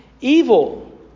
evil